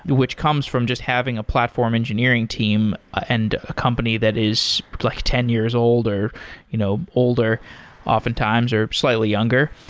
which comes from just having a platform engineering team and a company that is like ten years old or you know older often times, or slightly younger.